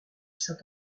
saint